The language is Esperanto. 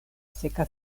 seka